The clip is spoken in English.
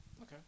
Okay